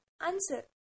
Answer